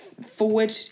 forward